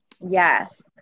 Yes